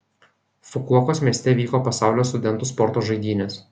fukuokos mieste vyko pasaulio studentų sporto žaidynės